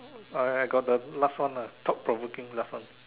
uh I I got the last one lah thought provoking last one